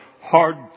hard